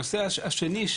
הנושא השני,